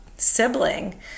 sibling